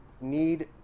need